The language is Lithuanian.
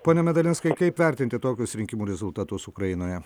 pone medalinskai kaip vertinti tokius rinkimų rezultatus ukrainoje